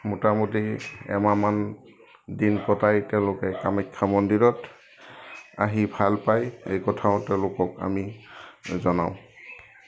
মোটামুটি এমাহমান দিন কটায় তেওঁলোকে কামাখ্যা মন্দিৰত আহি ভাল পায় এই কথাও তেওঁলোকক আমি জনাওঁ